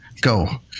Go